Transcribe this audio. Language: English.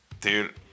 dude